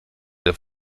der